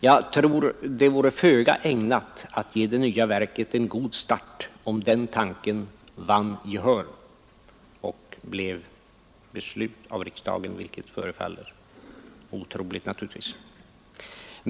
Jag tror det vore föga ägnat att ge det nya verket en god start om den tanken vann gehör och blev beslut av riksdagen, vilket naturligtvis förefaller otroligt.